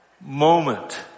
moment